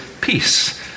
peace